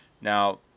Now